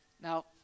Now